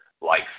life